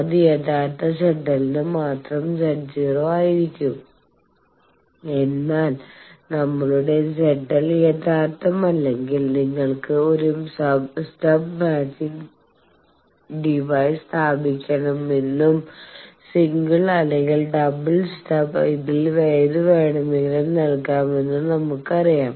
അത് യഥാർത്ഥ ZL ന് മാത്രം Z0 ആയിരിക്കും എന്നാൽ നമ്മളുടെ ZL യഥാർത്ഥമല്ലെങ്കിൽ നമ്മൾക്ക് ഒരു സ്റ്റബ് മാച്ചിങ് ഡിവൈസ് സ്ഥാപിക്കാമെന്നും സിംഗിൾ അല്ലെങ്കിൽ ഡബിൾ സ്റ്റബ് ഇതിൽ ഏതുവേണമെങ്കിലും നൽകാമെന്നും നമ്മൾക്കറിയാം